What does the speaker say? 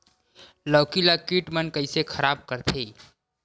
लौकी ला कीट मन कइसे खराब करथे?